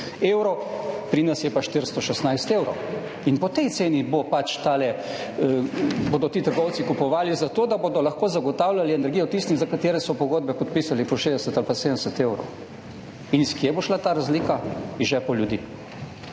evrov, pri nas je pa 416 evrov in po tej ceni bo pač tale, bodo ti trgovci kupovali za to, da bodo lahko zagotavljali energijo tistim, za katere so pogodbe podpisali po 60 ali pa 70 evrov. Iz kje bo šla ta razlika? Iz žepov ljudi.